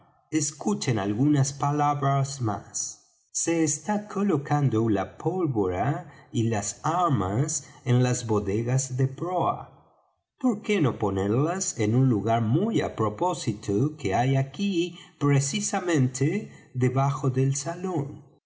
escuchen algunas palabras más se está colocando la pólvora y las armas en las bodegas de proa por qué no ponerlas en un lugar muy á propósito que hay aquí precisamente debajo del salón